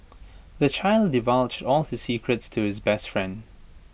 the child divulged all his secrets to his best friend